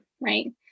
Right